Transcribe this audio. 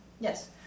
Yes